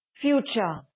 future